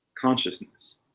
consciousness